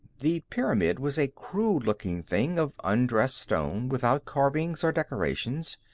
the pyramid was a crude-looking thing of undressed stone, without carvings or decorations.